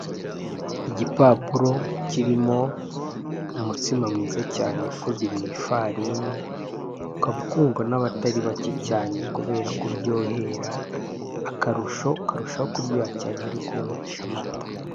Igipapuro kirimo umutsima mwiza cyane ikozwe mu ifarini, ukaba ukundwa n'abatari bake cyane kubera ko uryohera, akarusho ukarushaho kuryoha cyane uri kuwunywesha amata.